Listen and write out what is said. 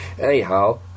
anyhow